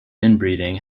inbreeding